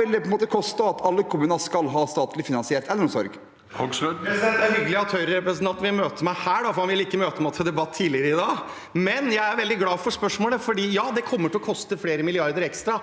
vil det koste at alle kommuner skal ha statlig finansiert eldreomsorg? Bård Hoksrud (FrP) Det er hyggelig at Høyre-representanten vil møte meg her, for han ville ikke møte meg til debatt tidligere i dag. Jeg er veldig glad for spørsmålet. Ja, det kommer til å koste flere milliarder ekstra,